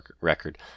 record